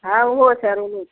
हँ ओहो छै अड़हुलो छै